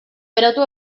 berotu